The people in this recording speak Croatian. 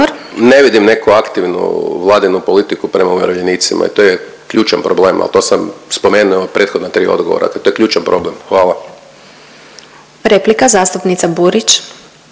Ne vidim neku aktivnu Vladinu politiku prema umirovljenicima i to je ključan problem, al to sam spomenuo i u ova prethodna tri odgovora, dakle to je ključan problem. Hvala. **Glasovac, Sabina